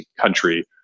country